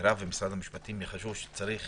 ומרב ומשרד המשפטים יחשבו שצריך